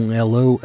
Hello